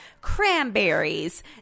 cranberries